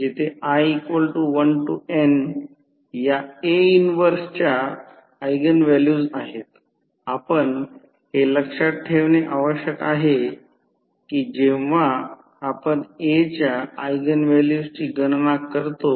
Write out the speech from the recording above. हा अभ्यास कमी व्होल्टेज बाजू पूर्ण भार विद्युत प्रवाह ऐवजी काय करतो हे शोधून काढा की उच्च व्होल्टेज बाजू पूर्ण भार विद्युत प्रवाह म्हणतो